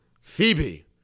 Phoebe